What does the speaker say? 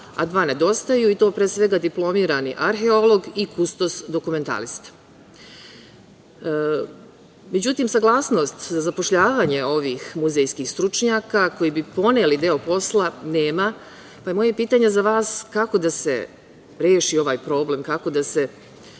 a dva nedostaju, a to pre svega diplomirani arheolog i kustos-dokumentalista.Međutim, saglasnost za zapošljavanje ovih muzejskih stručnjaka, koji bi poneli deo posla, nema, pa je moje pitanje za vas – kako da se reši ovaj problem, kako da da